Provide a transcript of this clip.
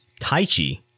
Taichi